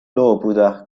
loobuda